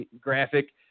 graphic